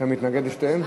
אתה מתנגד לשתיהן?